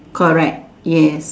correct yes